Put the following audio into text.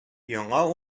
яңа